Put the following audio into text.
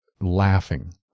laughing